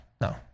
no